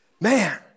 Man